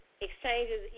exchanges